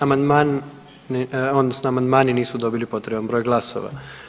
Amandman, odnosno amandmani nisu dobili potreban broj glasova.